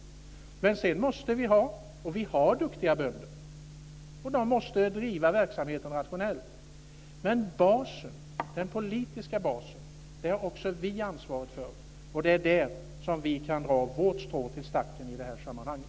Men sedan måste vi ha, och vi har, duktiga bönder. De måste driva verksamheten rationellt. Men basen, den politiska basen, har också vi ansvaret för. Och det är där vi kan dra vårt strå till stacken i det här sammanhanget.